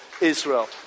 Israel